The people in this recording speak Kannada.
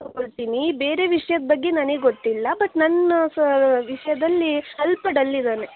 ತಗೋಳ್ತೀನಿ ಬೇರೆ ವಿಷ್ಯದ ಬಗ್ಗೆ ನನಗೆ ಗೊತ್ತಿಲ್ಲ ಬಟ್ ನನ್ನ ಸಹ ವಿಷಯದಲ್ಲಿ ಸ್ವಲ್ಪ ಡಲ್ ಇದ್ದಾನೆ